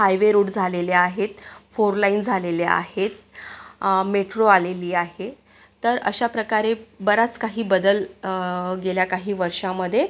highway road झालेले आहेत four lane झालेले आहेत मेट्रो आलेली आहे तर अशा प्रकारे बराच काही बदल गेल्या काही वर्षामध्ये